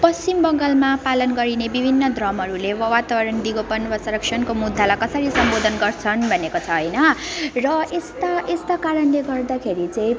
पश्चिम बङ्गालमा पालन गरिने विभिन्न धर्महरूले वातावरण दिगोपन वा संरक्षणको मुद्दालाई कसरी सम्बोधन गर्छन् भनेको छ होइन र यस्ता यस्ता कारणले गर्दाखेरि चाहिँ